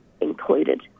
included